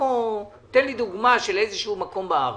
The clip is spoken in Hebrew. תן לי דוגמה של איזשהו מקום בארץ.